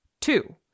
Two